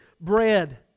bread